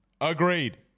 Agreed